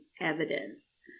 evidence